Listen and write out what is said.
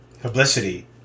publicity